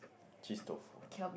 cheese tofu